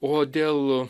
o dėl